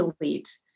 delete